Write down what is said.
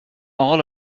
all